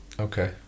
Okay